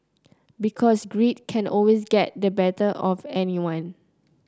because greed can always get the better of anyone